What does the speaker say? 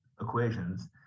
equations